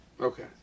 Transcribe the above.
Okay